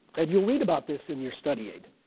and you'll read about this in your study aid.